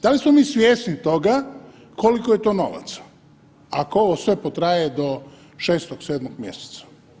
Da li smo mi svjesni toga koliko je to novaca ako ovo sve potraje do 6, 7 mjeseca?